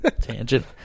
tangent